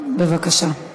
בבקשה.